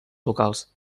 locals